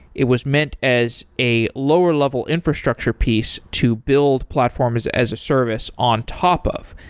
it was meant as a lower level infrastructure piece to build platforms as a service on top of,